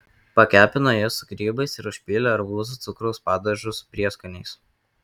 pakepino jas su grybais ir užpylė arbūzų cukraus padažu su prieskoniais